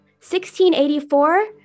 1684